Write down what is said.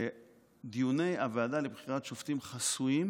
שדיוני הוועדה לבחירת שופטים חסויים